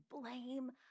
blame